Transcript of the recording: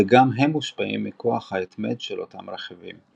וגם הם מושפעים מכוח ההתמד של אותם רכיבים.